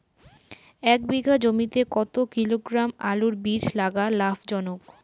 এক বিঘা জমিতে কতো কিলোগ্রাম আলুর বীজ লাগা লাভজনক?